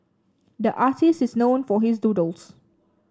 the artist is known for his doodles